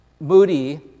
Moody